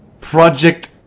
Project